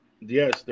yes